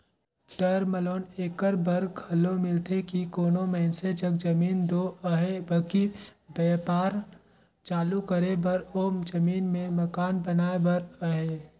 term loan एकर बर घलो मिलथे कि कोनो मइनसे जग जमीन दो अहे बकि बयपार चालू करे बर ओ जमीन में मकान बनाए बर अहे